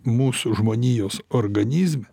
mūsų žmonijos organizme